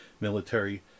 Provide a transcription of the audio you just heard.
military